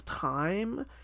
time